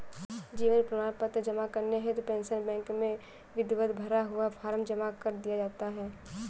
जीवन प्रमाण पत्र जमा करने हेतु पेंशन बैंक में विधिवत भरा हुआ फॉर्म जमा कर दिया जाता है